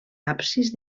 absis